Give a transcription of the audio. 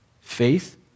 Faith